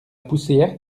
poussière